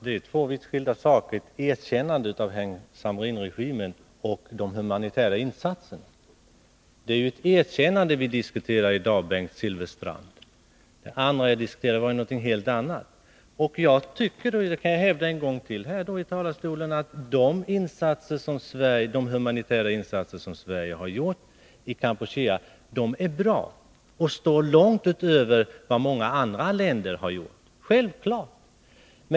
Herr talman! Erkännande av Heng Samrin-regeringen och de humanitära insatserna är två vitt skilda saker. Det är ett erkännande vi diskuterar i dag, Bengt Silfverstrand. Jag kan säga en gång till här i talarstolen att de humanitära insatser Sverige har gjort i Kampuchea är bra och står långt över vad många andra länder gjort.